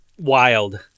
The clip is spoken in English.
wild